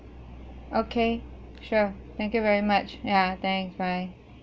okay sure thank you very much ya thanks bye